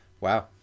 wow